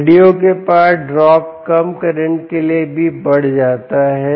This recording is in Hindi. LDO के पार ड्रॉप कम करंट के लिए भी बढ़ जाता है